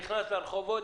נכנס לרחובות,